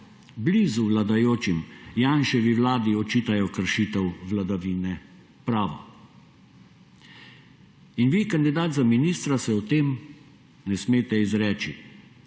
blizu vladajočim, Janševi vladi očitajo kršitev vladavine prava. In vi, kandidat za ministra, se o tem ne smete izreči,